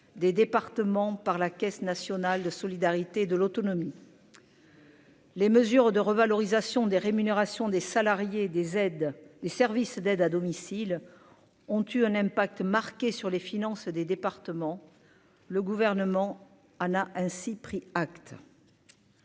des départements par la Caisse nationale de solidarité, de l'autonomie. Les mesures de revalorisation des rémunérations des salariés des aides des services d'aide à domicile, ont eu un impact marqué sur les finances des départements, le gouvernement en a ainsi pris acte.